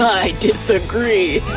i disagree! i